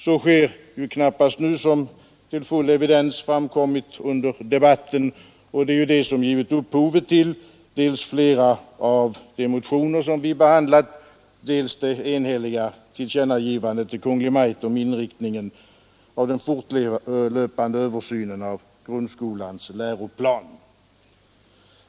Så sker knappast nu, vilket till full evidens framkommit under debatten, och det är ju det som givit upphovet till dels flera av de motioner som vi behandlat, dels det enhälliga tillkännagivandet till Kungl. Maj:t om inriktningen av den fortlöpande översynen av grundskolans läroplan.